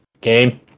game